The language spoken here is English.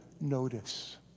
notice